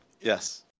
Yes